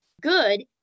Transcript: Good